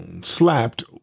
slapped